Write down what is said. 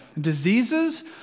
Diseases